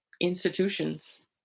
institutions